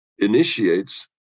initiates